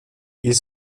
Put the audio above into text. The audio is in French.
ils